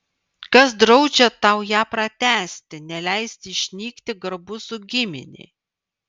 kas draudžia tau ją pratęsti neleisti išnykti garbuzų giminei